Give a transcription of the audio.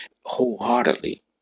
wholeheartedly